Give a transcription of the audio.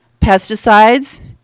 pesticides